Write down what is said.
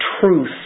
truth